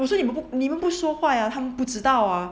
我说你们不说话呀他们不知道啊